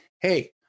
hey